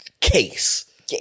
case